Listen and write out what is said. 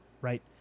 right